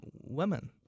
women